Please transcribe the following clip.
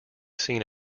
seen